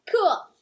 Cool